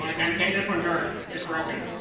um candy cane? this one's yours. it's broken.